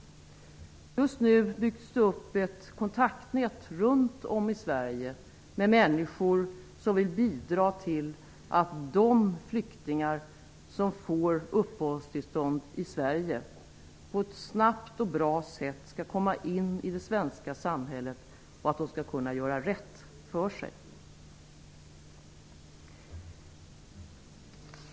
Just nu byggs ett kontaktnät upp runt om i Sverige med människor som vill bidra till att de flyktingar som får uppehållstillstånd i Sverige på ett snabbt och bra sätt skall komma in i det svenska samhället och få göra rätt för sig.